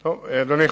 אדוני,